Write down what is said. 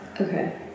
Okay